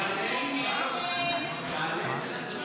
הסתייגות 7 לא נתקבלה.